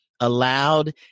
allowed